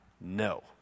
no